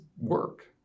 work